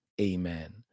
amen